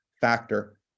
factor